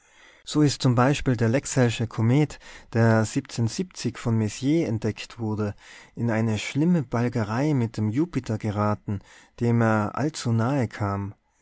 so ist zum beispiel der lexellsche komet der von messier entdeckt wurde in eine schlimme balgerei mit dem jupiter geraten dem er allzunahe kam